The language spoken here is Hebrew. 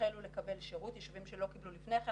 החלו לקבל שירות, ישובים שלא קיבלו לפני כן.